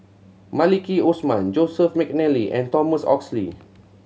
Maliki Osman Joseph McNally and Thomas Oxley